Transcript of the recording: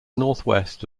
northwest